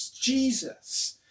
Jesus